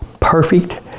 perfect